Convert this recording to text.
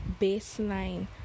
baseline